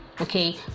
Okay